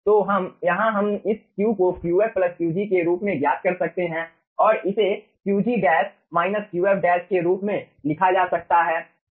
तो यहाँ हम इस Q को Qf Qg के रूप में ज्ञात कर सकते हैं और इसे Qg Qf के रूप में लिखा जा सकता है